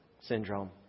syndrome